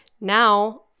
now